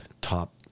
top